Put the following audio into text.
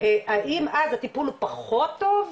האם אז הטיפול פחות טוב?